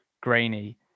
grainy